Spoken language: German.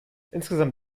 insgesamt